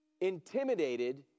intimidated